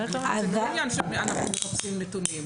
שאנחנו מחפשים נתונים.